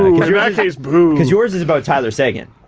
yeah case, boo. because yours is about tyler seguin,